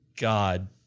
God